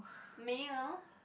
meal